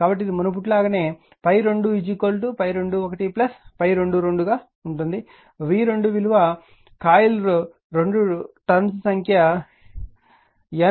కాబట్టి ఇది మునుపటిలాగా ∅2 ∅21 ∅22 గా ఉంటుంది v2 విలువ కాయిల్ 2 టర్న్స్ సంఖ్య